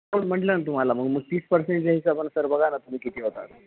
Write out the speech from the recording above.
discount म्हटलं न तुम्हाला मग म तीस परसेंटच्या हिसाबानं सर बघा ना तुम्ही किती होतात